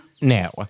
No